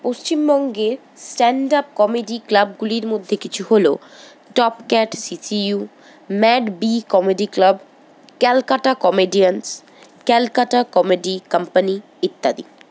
পশ্চিমবঙ্গের stand up comedy ক্লাবগুলির মধ্যে কিছু হল top cat C C U mad B comedy club Calcutta comedians Calcutta comedy company ইত্যাদি